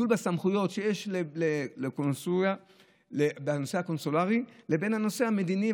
בסמכויות יש בין הנושא הקונסולרי לבין הנושא המדיני,